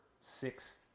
six